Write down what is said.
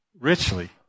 Richly